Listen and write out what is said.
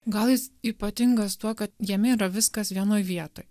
gal jis ypatingas tuo kad jame yra viskas vienoj vietoj